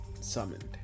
summoned